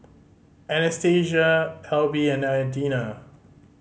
Anastacia Alby and Adina